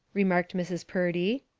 remarked mrs. purdy.